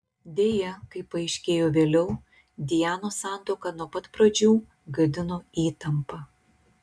deja kaip paaiškėjo vėliau dianos santuoką nuo pat pradžių gadino įtampa